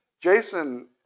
Jason